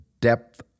depth